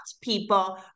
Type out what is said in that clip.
people